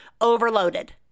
overloaded